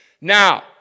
Now